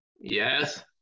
Yes